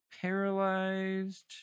Paralyzed